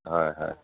হয় হয়